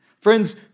Friends